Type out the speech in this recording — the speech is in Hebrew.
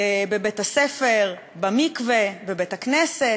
בבית-הספר, במקווה, בבית-הכנסת.